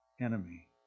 enemy